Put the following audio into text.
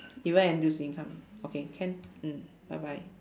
even N_T_U_C income okay can mm bye bye